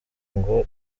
ngo